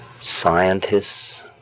scientists